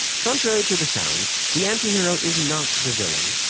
contrary to the sound, the anti-hero is not the villain,